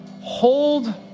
hold